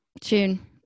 Tune